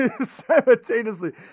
Simultaneously